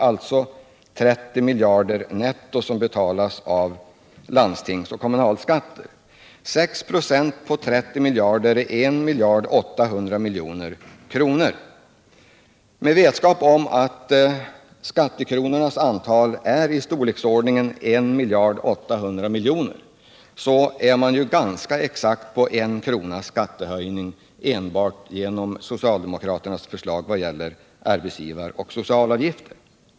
Alltså betalas netto 30 miljarder kronor av landstingsoch kommunalskatter. 6 96 på 30 miljarder kronor blir 1,8 miljarder kronor. Med hänsyn till antalet skattekronor är ca 1,8 miljarder en skattehöjning med ganska exakt 1 kr. enbart genom socialdemokraternas förslag beträffande arbetsgivaroch socialavgifter.